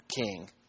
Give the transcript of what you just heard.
king